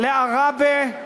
לעראבה,